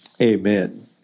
Amen